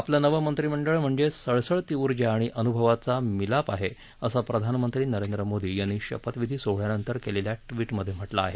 आपलं नवं मंत्रिमंडळ म्हणजे सळसळती उर्जा आणि अनुभवाचं मीलप आहे असं प्रधानमंत्री नरेंद्र मोदी यांनी शपथविधी सोहळ्यानंतर केलेल्या ट्विटमध्ये म्हटलं आहे